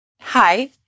hi